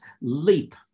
leap